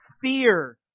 Fear